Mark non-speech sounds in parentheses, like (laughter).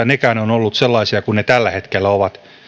(unintelligible) nekään ovat olleet sellaisia kuin ne tällä hetkellä ovat